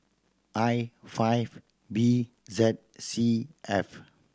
I five B Z C F